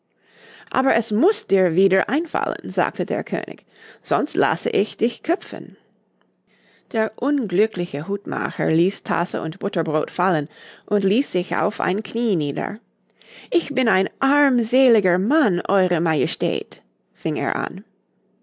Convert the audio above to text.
aber es muß dir wieder einfallen sagte der könig sonst lasse ich dich köpfen der unglückliche hutmacher ließ tasse und butterbrot fallen und ließ sich auf ein knie nieder ich bin ein armseliger mann eure majestät fing er an